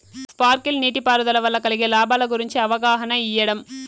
Sprinkle నీటిపారుదల వల్ల కలిగే లాభాల గురించి అవగాహన ఇయ్యడం?